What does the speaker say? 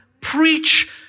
preach